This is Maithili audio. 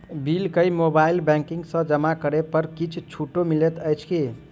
बिल केँ मोबाइल बैंकिंग सँ जमा करै पर किछ छुटो मिलैत अछि की?